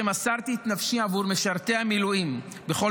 שמסרתי את נפשי עבור משרתי המילואים בכל